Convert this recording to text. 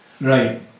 Right